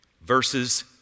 verses